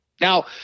Now –